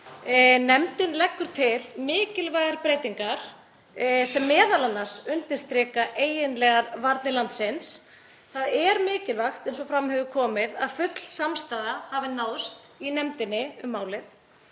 Nefndin leggur til mikilvægar breytingar sem m.a. undirstrika eiginlegar varnir landsins. Það er mikilvægt, eins og fram hefur komið, að full samstaða hafi náðst í nefndinni um málið